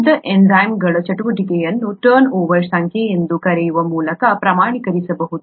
ಶುದ್ಧ ಎನ್ಝೈಮ್ಗಳ ಚಟುವಟಿಕೆಯನ್ನು ಟರ್ನ್ ಓವರ್ ಸಂಖ್ಯೆ ಎಂದು ಕರೆಯುವ ಮೂಲಕ ಪ್ರಮಾಣೀಕರಿಸಬಹುದು